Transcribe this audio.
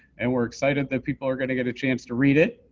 and we're excited that people are going to get a chance to read it.